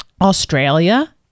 Australia